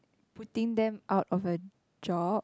putting them out of a job